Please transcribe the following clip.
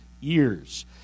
years